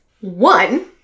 One